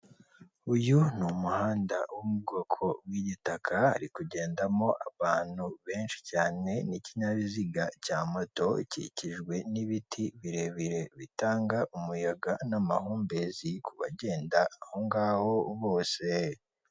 Uyu ni umuhanda wo mu bwoko bw'igitaka, hari kugendamo abantu benshi cyane n'ikinyabiziga cya moto, ikikijwe n'ibiti birebire bitanga umuyaga n'amahumbezi ku bagenda aho ngaho bose.